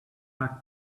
bug